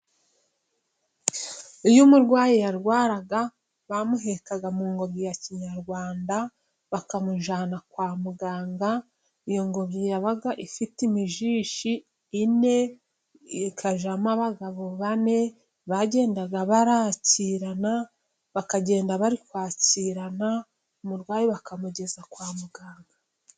Iyo umurwayi yarwaraga bamuhekaga mu ngobyi ya kinyarwanda, bakamujyana kwa muganga, iyo ngobyi yabaga ifite imijishi ine, ikajyamo abagabo bane bagendaga bakirana, bakagenda bari kwakirana, umurwayi bakamugeza kwa muganga.